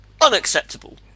unacceptable